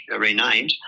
renamed